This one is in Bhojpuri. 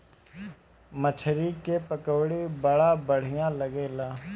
मछरी के पकौड़ी बड़ा बढ़िया लागेला